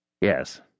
Yes